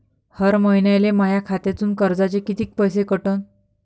हर महिन्याले माह्या खात्यातून कर्जाचे कितीक पैसे कटन?